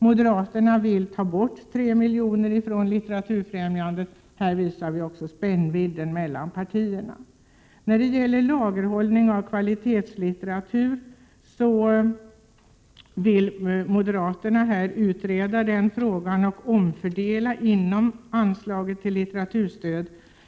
Moderaterna vill ta bort tre miljoner från Litteraturfrämjandet. Här visar vi också spännvidden mellan partierna. Moderaterna vill utreda frågan om lagring av kvalitetslitteratur och omfördela inom anslaget till litteraturstöd.